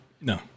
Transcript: No